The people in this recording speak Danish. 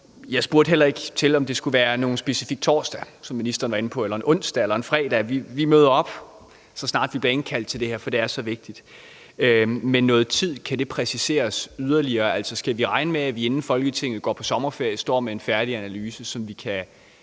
Jeg spurgte heller ikke til, om det specifikt skulle være på en torsdag eller onsdag eller en fredag. Vi møder op, så snart vi bliver indkaldt til det her, for det er så vigtigt. Men kan tidspunktet præciseres yderligere? Altså, skal man regne med, at vi, inden Folketinget går på sommerferie, står med en færdig analyse, sådan at vi kan begynde